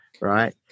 right